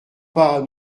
pas